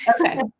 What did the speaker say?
Okay